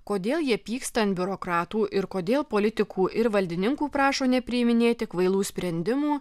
kodėl jie pyksta ant biurokratų ir kodėl politikų ir valdininkų prašo nepriiminėti kvailų sprendimų